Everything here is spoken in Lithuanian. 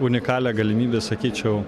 unikalią galimybę sakyčiau